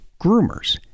groomers